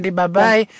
Bye-bye